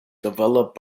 developed